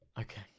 Okay